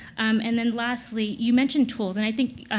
um and then lastly, you mentioned tools. and i think,